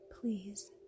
please